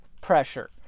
pressure